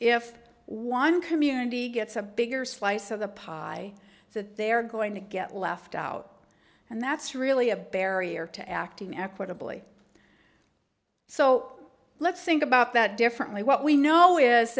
if one community gets a bigger slice of the pie that they're going to get left out and that's really a barrier to acting equitably so let's think about that differently what we know is